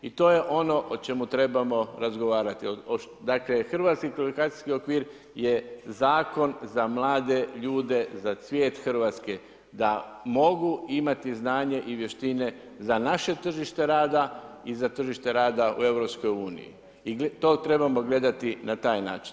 I to je ono o čemu trebamo razgovarati, dakle hrvatski kvalifikacijski okvir je zakon za mlade ljude, za cijet Hrvatske, da mogu imati znanje i vještine za naše tržište rada i za tržište rada u EU i to trebamo gledati na taj način.